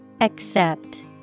Accept